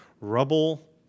rubble